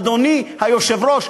אדוני היושב-ראש,